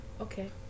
Okay